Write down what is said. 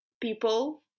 people